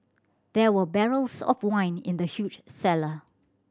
there were barrels of wine in the huge cellar